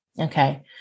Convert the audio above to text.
Okay